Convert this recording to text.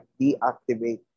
deactivate